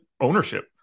ownership